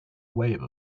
wave